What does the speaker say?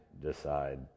decide